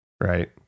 Right